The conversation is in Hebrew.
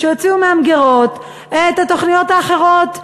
שיוציאו מהמגירות את התוכניות האחרות,